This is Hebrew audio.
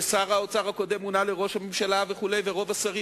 ששר האוצר הקודם מונה לראש הממשלה ורוב השרים